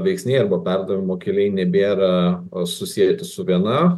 veiksniai arba perdavimo keliai nebėra susieti su viena